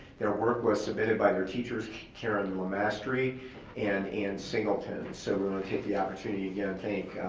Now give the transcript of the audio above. their work was submitted by their teachers karen lamastry and ann singleton. so we want to take the opportunity again to thank,